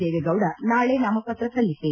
ದೇವೇಗೌಡ ನಾಳೆ ನಾಮಪತ್ರ ಸಲ್ಲಿಕೆ